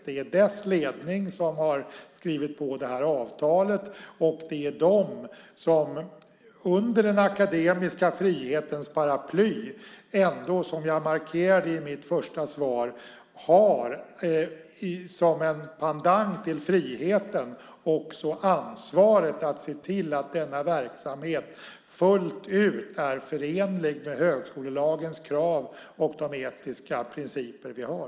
Det är dess ledning som har skrivit på avtalet, och det är de som under den akademiska frihetens paraply ändå, som jag markerade i mitt första svar, som en pendang till friheten har ansvaret att se till att denna verksamhet fullt ut är förenlig med högskolelagens krav och de etiska principer vi har.